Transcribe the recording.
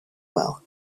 well